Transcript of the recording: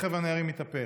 ורכב הנערים התהפך.